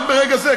רק ברגע זה,